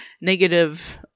negative